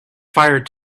fired